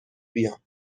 بیام